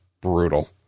brutal